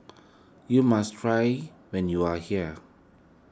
you must try when you are here